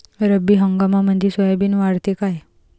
रब्बी हंगामामंदी सोयाबीन वाढते काय?